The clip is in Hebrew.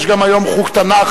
יש היום גם חוג תנ"ך.